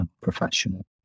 professional